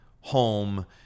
home